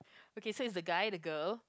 okay it's the guy the girl